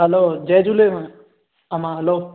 हलो जय झूले अमा हलो